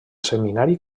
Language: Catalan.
seminari